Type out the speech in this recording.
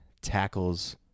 tackles